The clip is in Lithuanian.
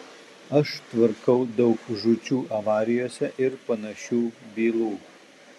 aš tvarkau daug žūčių avarijose ir panašių bylų